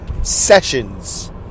Sessions